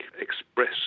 express